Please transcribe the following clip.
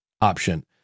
option